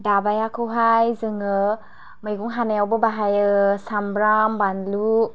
दाबाखौहाय जोङो मैगं हानायावबो बाहायो सामब्राम बानलु